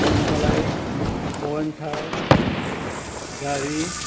રસમલાઈ મોહનથાળ ઘારી